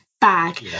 bag